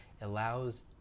allows